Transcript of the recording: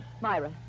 Myra